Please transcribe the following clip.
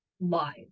live